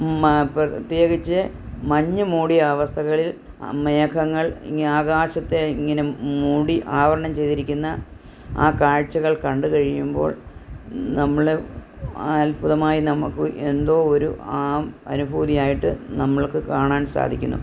മ പ്രത്യേകിച്ച് മഞ്ഞ് മൂടിയ അവസ്ഥകളിൽ മേഘങ്ങൾ ഇങ് ആകാശത്തെ ഇങ്ങനെ മൂടി ആവരണം ചെയ്തിരിക്കുന്ന ആ കാഴ്ചകൾ കണ്ടു കഴിയുമ്പോൾ നമ്മള് അത്ഭുതമായി നമുക്ക് എന്തോ ഒര് ആ അനുഭൂതി ആയിട്ട് നമ്മൾക്ക് കാണാൻ സാധിക്കുന്നു